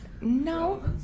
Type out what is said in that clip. No